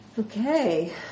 Okay